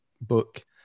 book